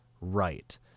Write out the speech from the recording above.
right